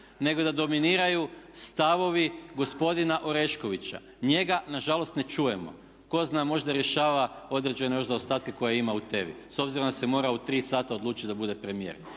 nego da dominiraju stavovi gospodina Oreškovića, njega nažalost ne čujemo. Tko zna možda rješava određene još zaostatke koje ima u TEVA-i s obzirom da se morao u 3 sata odlučiti da bude premijer.